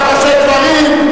אתה חושב דברים,